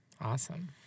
Awesome